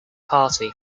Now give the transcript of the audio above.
party